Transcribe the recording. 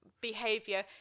behavior